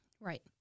Right